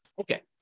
okay